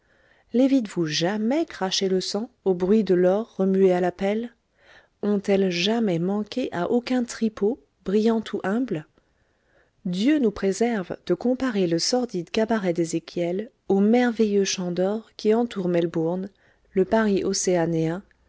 les vîtes vous jamais cracher le sang au bruit de l'or remué à la pelle ont-elles jamais manqué à aucun tripot brillant ou humble dieu nous préserve de comparer le sordide cabaret d'ezéchiel aux merveilleux champs d'or qui entourent melbourne le paris océanéen